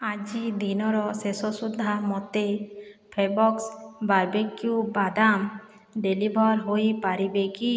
ଆଜିଦିନର ଶେଷ ସୁଦ୍ଧା ମୋତେ ଫେବକ୍ସ ବାର୍ବେକ୍ୟୁ ବାଦାମ ଡେଲିଭର୍ ହୋଇପାରିବେ କି